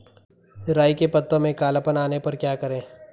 राई के पत्तों में काला पन आने पर क्या करें?